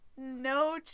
no